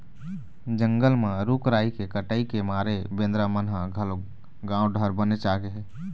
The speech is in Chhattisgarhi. जंगल म रूख राई के कटई के मारे बेंदरा मन ह घलोक गाँव डहर बनेच आगे हे